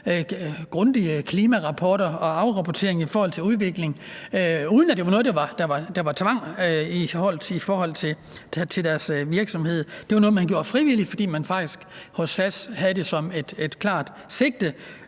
grundige klimarapporter og afrapportering i forhold til udviklingen i deres virksomhed, uden at det var noget, der var tvang. Det var noget, man gjorde frivilligt, fordi man faktisk hos SAS havde det som et klart sigte